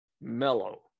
mellow